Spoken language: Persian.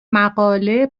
مقاله